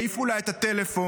העיפו לה את הטלפון.